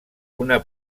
una